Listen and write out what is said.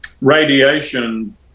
radiation